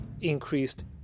increased